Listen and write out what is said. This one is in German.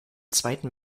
zweiten